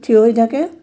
থিয় হৈ থাকে